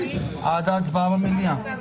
ההצעה אושרה פה אחד.